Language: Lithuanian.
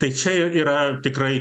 tai čia jau yra tikrai